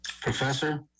professor